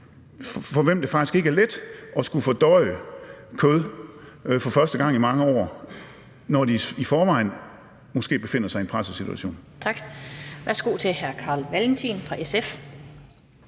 for hvem det faktisk ikke er let at skulle fordøje kød for første gang i mange år, når de i forvejen måske befinder sig i en presset situation. Kl. 11:54 Den fg. formand